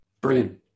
Brilliant